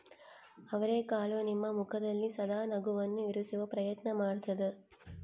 ಅವರೆಕಾಳು ನಿಮ್ಮ ಮುಖದಲ್ಲಿ ಸದಾ ನಗುವನ್ನು ಇರಿಸುವ ಪ್ರಯತ್ನ ಮಾಡ್ತಾದ